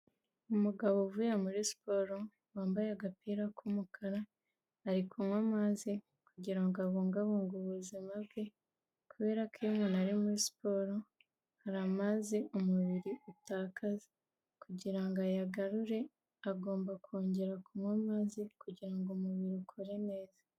Umugabo uvuye muri siporo wambaye agapira k'umukara ari kunywa amazi kugira ngo abungabunge ubuzima bwe, kubera ko iyo umuntu ari muri siporo hari amazi umubiri utakaza kugira ngo ayagarure agomba kongera kunywa amazi kugira ngo umubiri ukore neza.